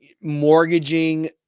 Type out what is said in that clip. mortgaging